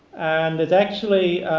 and there's actually